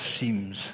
seems